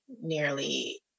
nearly